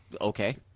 Okay